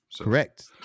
Correct